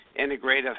Integrative